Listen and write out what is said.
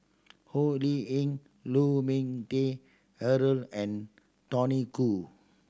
Ho Lee Ying Lu Ming Teh Earl and Tony Khoo